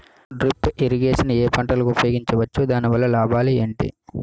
Drip irrigation ఏ పంటలకు ఉపయోగించవచ్చు? దాని వల్ల లాభాలు ఏంటి?